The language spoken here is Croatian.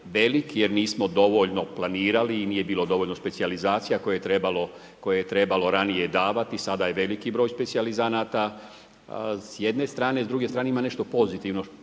jer nismo dovoljno planirali i nije bilo dovoljno specijalizacija koje je trebalo ranije davati. Sada je veliki broj specijalizanata s jedne strane, s druge strane ima nešto pozitivno bar